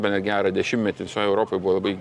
bene gerą dešimtmetį visoj europoj buvo labai